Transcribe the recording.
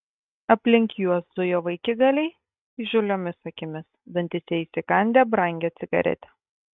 aplink juos zujo vaikigaliai įžūliomis akimis dantyse įsikandę brangią cigaretę